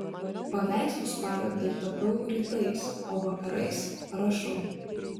paveikslus parodai tapiau rytais o vakarais rašau